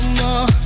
more